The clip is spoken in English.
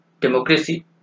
democracy